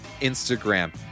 instagram